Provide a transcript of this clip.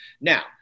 Now